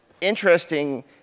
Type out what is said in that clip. interesting